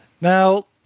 now